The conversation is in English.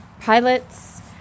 pilots